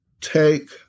take